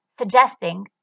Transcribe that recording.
suggesting